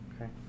Okay